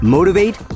Motivate